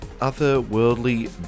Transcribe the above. otherworldly